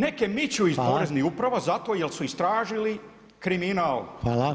Neke mišu iz Poreznih uprava jer su istražili kriminal,